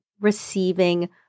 receiving